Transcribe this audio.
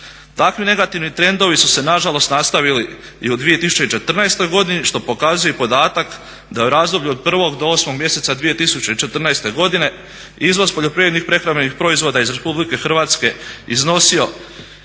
Takvi negativni trendovi su se na žalost nastavili i u 2014. godini što pokazuje i podatak da je u razdoblju od prvog do osmog mjeseca 2014. godine izvoz poljoprivrednih prehrambenih proizvoda iz RH iznosio